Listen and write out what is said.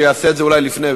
יעשה את זה אולי לפני,